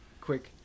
Quick